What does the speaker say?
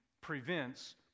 prevents